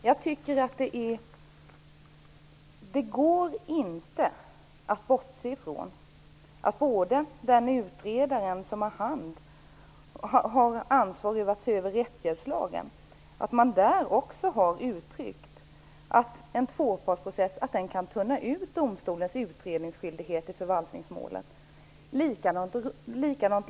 Jag tycker dock att det inte går att bortse från att även den utredare som har ansvar för att se över rättshjälpslagen har uttryckt att en tvåpartsprocess kan tunna ut domstolens utredningsskyldighet i förvaltningsmålen.